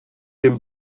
dem